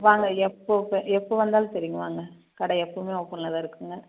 வாங்க எப்போது இப்போ எப்போது வந்தாலும் சரிங்க வாங்க கடை எப்போதுமே ஓப்பனில்தான் இருக்குங்க